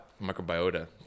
Microbiota